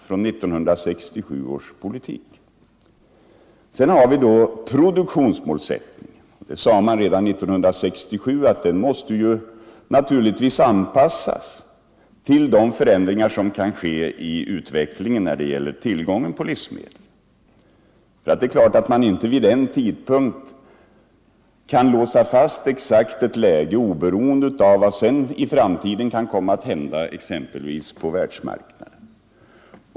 Redan 1967 sade man att produktionsmålsättningen naturligtvis måste Nr 137 anpassas till de förändringar som kan inträffa i fråga om tillgången på Fredagen den livsmedel. Det är klart att man inte vid en tidpunkt kan låsa fast sig 6 december 1974 i ett läge utan hänsyn till vad som kan komma att hända i framtiden I på världsmarknaden.